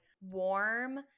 warm